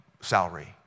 salary